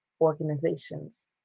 organizations